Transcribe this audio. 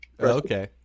Okay